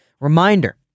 Reminder